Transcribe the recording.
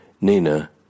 Nina